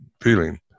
feeling